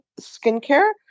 Skincare